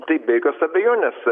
taip be jokios abejonės